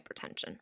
hypertension